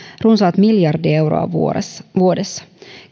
runsaat miljardi euroa vuodessa